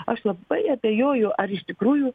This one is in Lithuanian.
aš labai abejoju ar iš tikrųjų